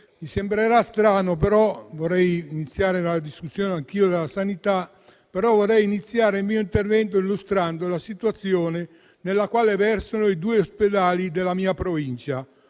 vi sembrerà strano, però vorrei iniziare anch'io parlando della sanità. Vorrei iniziare il mio intervento illustrando la situazione nella quale versano i due ospedali della mia Provincia,